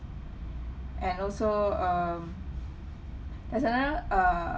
and also um there's another uh